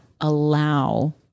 allow